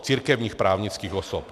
Církevních právnických osob.